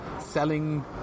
selling